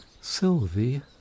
Sylvie